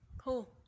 Cool